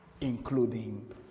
including